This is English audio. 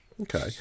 Okay